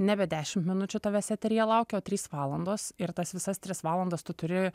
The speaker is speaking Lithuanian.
nebe dešimt minučių tavęs eteryje laukia o trys valandos ir tas visas tris valandas tu turi